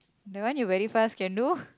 the one you very fast can do